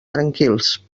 tranquils